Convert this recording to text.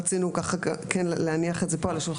רצינו להניח את זה פה על השולחן,